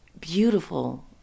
beautiful